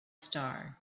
star